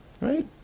Right